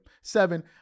seven